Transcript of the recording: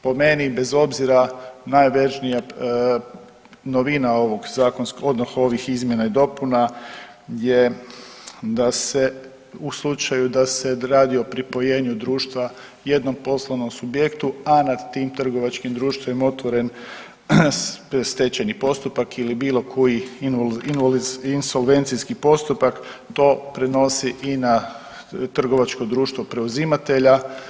Po meni bez obzira najvažnija novina ovog zakonskog odnosno ovih izmjena i dopuna je da se u slučaju da se radi o pripojenju društva jednom poslovnom subjektu, a nad tim trgovačkim društvima otvoren stečajni postupak ili koji insolvencijski postupak to prenosi i na trgovačko društvo preuzimatelja.